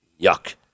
Yuck